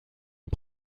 est